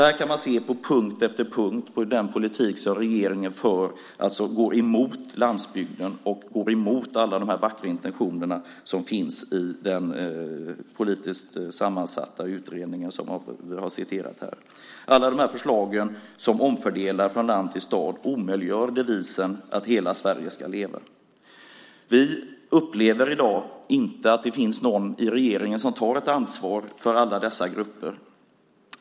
Här kan man på punkt efter punkt se hur den politik som regeringen för går emot landsbygden och går emot alla vackra intentioner som finns i den politiskt sammansatta utredningen. Alla dessa förslag som omfördelar från land till stad omöjliggör devisen att hela Sverige ska leva. Vi upplever i dag inte att det finns någon i regeringen som tar ett ansvar för alla dessa grupper.